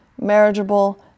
marriageable